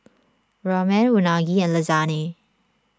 Ramen Unagi and Lasagne